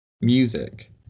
music